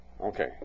Okay